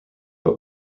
but